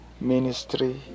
Ministry